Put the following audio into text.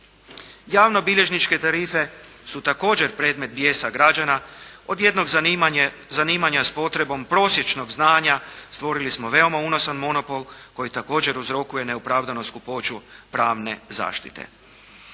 Javnobilježničke tarife su također predmet bijesa građana od jednog zanimanja s potrebom prosječnog znanja stvorili smo veoma unosan monopol koji također uzrokuje neopravdanu skupoću pravne zaštite.